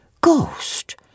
Ghost